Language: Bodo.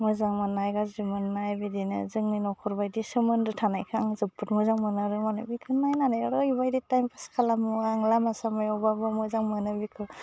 मोजां मोननाय गाज्रि मोननाय बिदिनो जोंनि नखरबायदि सोमोन्दो थानायखाय आं जोबोद मोजां मोनो आरो बेखौनो नायनानै ओरैबायदि टाइम फास खालामो आं लामा सामायावबाबो मोजां मोनो बेखौ